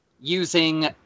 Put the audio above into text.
using